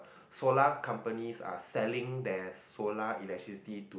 solar companies are selling their solar electricity to